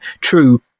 true